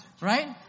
right